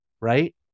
Right